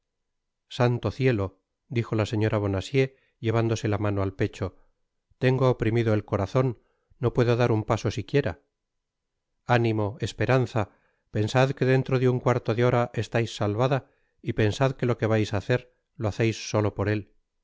santo cielo dijo la señora bonacieux llevándose la mano al pecho tengo oprimido el corazon no puedo dar un paso siquiera ánimo esperanza i pensad que dentro de un cuarto de hora estais salvada y pensad que lo que vais á hacer lo haceis solo por él